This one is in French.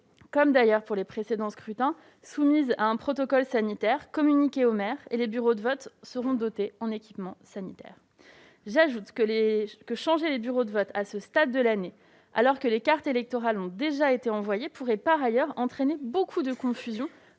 comme pour les précédents scrutins, soumise à un protocole sanitaire communiqué aux maires. Les bureaux seront par ailleurs dotés en équipements sanitaires. J'ajoute que changer les bureaux de vote à ce stade de l'année, alors que les cartes électorales ont été envoyées, pourrait entraîner beaucoup de confusion